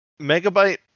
Megabyte